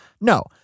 No